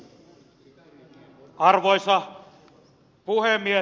arvoisa puhemies